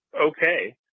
okay